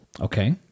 Okay